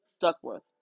Duckworth